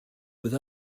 with